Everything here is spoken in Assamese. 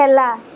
খেলা